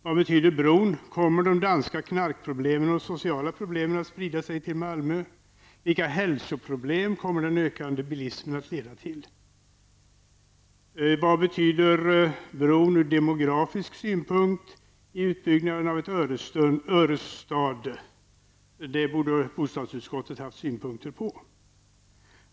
Vad betyder bron, kommer danska knarkproblem och andra sociala problem att sprida sig till Malmö? Vilka hälsoproblem kommer den ökande bilismen att leda till? Och vad betyder bron ur demografisk synpunkt -- i utbyggnaden av ett Örestad? Det borde bostadsutskottet ha haft synpunkter på.